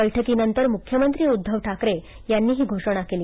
बैठकीनंतर मुख्यमंत्री उद्वव ठाकरे यांनी ही घोषणा केली